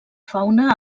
fauna